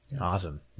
Awesome